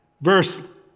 Verse